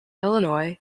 illinois